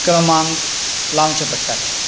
क्रमांक लावचे पडटाले